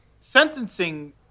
Sentencing